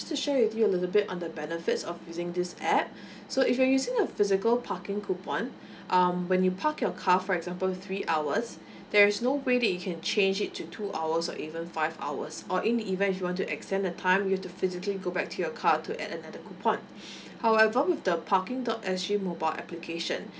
to share with you a little bit on the benefits of using this app so if you are using a physical parking coupon um when you park your car for example three hours there's no way that you can change it to two hour or even five hours or in the event you want to extend the time you have to physically go back to your car to add another coupon however with the parking dot S G mobile application